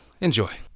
Enjoy